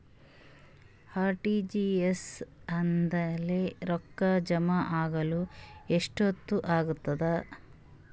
RTGS ಆದ್ಮೇಲೆ ರೊಕ್ಕ ಜಮಾ ಆಗಲು ಎಷ್ಟೊತ್ ಆಗತದ?